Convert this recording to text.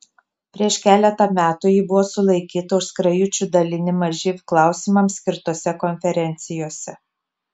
prieš keletą metų ji buvo sulaikyta už skrajučių dalinimą živ klausimams skirtose konferencijose